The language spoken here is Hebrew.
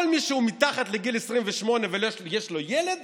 כל מי שמתחת לגיל 28 ויש לו ילד